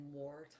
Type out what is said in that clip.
more